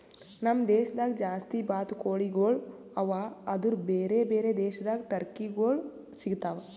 ನಮ್ ದೇಶದಾಗ್ ಜಾಸ್ತಿ ಬಾತುಕೋಳಿಗೊಳ್ ಅವಾ ಆದುರ್ ಬೇರೆ ಬೇರೆ ದೇಶದಾಗ್ ಟರ್ಕಿಗೊಳ್ ಸಿಗತಾವ್